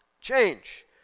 Change